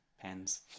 pens